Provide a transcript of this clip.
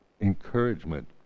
encouragement